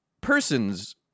person's